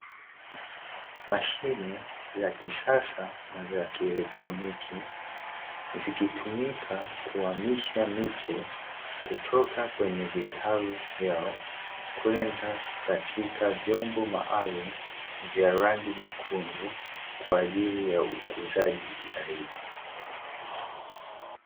Mashine za kisasa na za kielektroniki, zikitumika kuhamisha miche kutoka kwenye vitalu vyao kwenda katika vyombo maalumu vya rangi nyekundu kwa ajili ya ukuzaji zaidi.